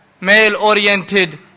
male-oriented